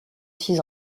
six